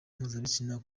mpuzabitsina